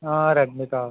Redmi కావాలి